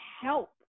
help